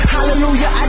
Hallelujah